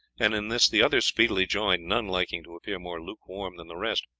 and in this the others speedily joined, none liking to appear more lukewarm than the rest.